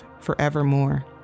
forevermore